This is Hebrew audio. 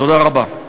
תודה רבה.